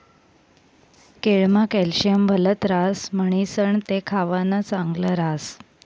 केळमा कॅल्शियम भलत ह्रास म्हणीसण ते खावानं चांगल ह्रास